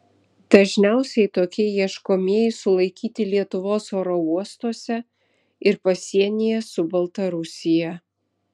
dažniausiai tokie ieškomieji sulaikyti lietuvos oro uostuose ir pasienyje su baltarusija